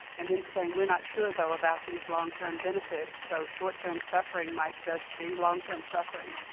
and then saying we're not sure, though, about these long-term benefits, so short-term suffering might just be long-term suffering,